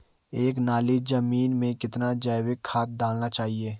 एक नाली जमीन में कितना जैविक खाद डालना चाहिए?